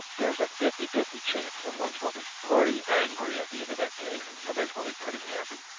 there's a fifty fifty chance someone's going to be pretty angry at the end of that case, and somebody's going to be pretty happy.